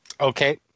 Okay